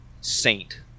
saint